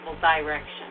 direction